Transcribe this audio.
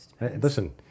Listen